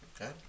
Okay